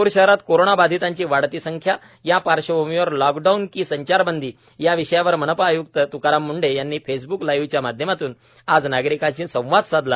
नागपूर शहरात कोरोना बाधितांची वाढती संख्या या पार्श्वभूमीवर लॉकडाऊन की संचारबंदी या विषयावर मनपा आय्क्त त्काराम मुंढे यांनी फेसब्क लाईव्हच्या माध्यमातून आज नागरिकांशी संवाद साधला